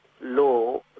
law